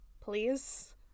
please